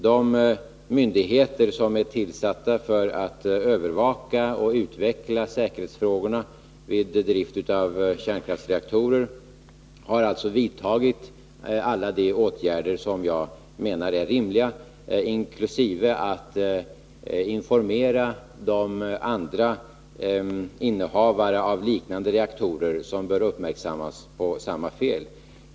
De myndigheter som har att övervaka och utveckla säkerhetsfrågorna vid drift av kärnkraftsreaktorer har alltså vidtagit alla de åtgärder som jag menar är rimliga, inkl. att informera sådana som har liknande reaktorer och som bör göras uppmärksamma på risken för liknande fel.